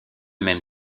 même